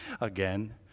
again